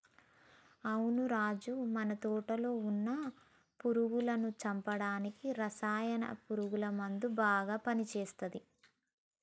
అవును రాజు మన తోటలో వున్న పురుగులను చంపడానికి రసాయన పురుగుల మందు బాగా పని చేస్తది